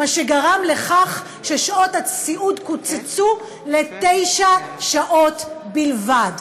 מה שגרם לכך ששעות הסיעוד קוצצו לתשע שעות בלבד.